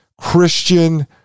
Christian